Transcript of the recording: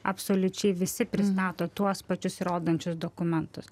absoliučiai visi pristato tuos pačius įrodančius dokumentus